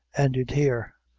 ended here.